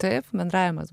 taip bendravimas